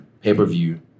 pay-per-view